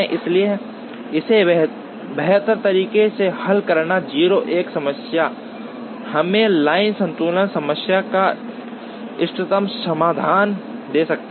इसलिए इसे बेहतर तरीके से हल करना 0 1 समस्या हमें लाइन संतुलन समस्या का इष्टतम समाधान दे सकती है